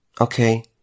Okay